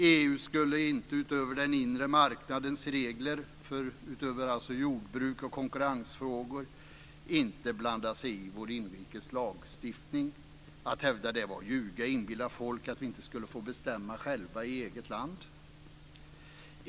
EU skulle inte utöver den inre marknadens regler, alltså utöver jordbruks och konkurrensfrågor, blanda sig i vår inrikes lagstiftning. Att hävda något annat var att ljuga och inbilla folk att vi inte skulle få bestämma själva i eget land.